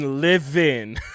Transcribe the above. Living